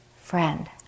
friend